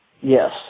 Yes